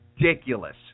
ridiculous